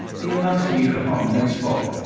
the annunciator hummed and spoke.